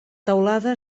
teulada